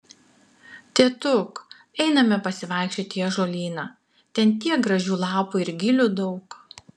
tėtuk einame pasivaikščioti į ąžuolyną ten tiek gražių lapų ir gilių daug